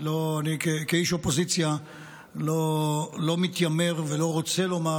אני כאיש אופוזיציה לא מתיימר ולא רוצה לומר